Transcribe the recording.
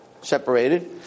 separated